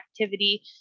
activity